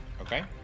Okay